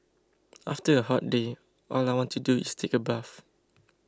after a hot day all I want to do is take a bath